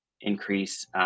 increase